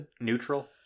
neutral